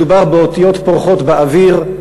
מדובר באותיות פורחות באוויר,